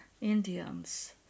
Indians